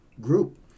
group